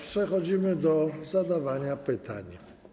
Przechodzimy do zadawania pytań.